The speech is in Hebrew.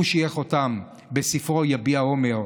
הוא שייך אותם בספרו "יביע אומר"